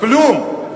כלום.